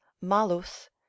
malus